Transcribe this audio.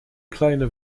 kleine